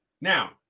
Now